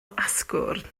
asgwrn